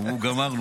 אמרו: גמרנו.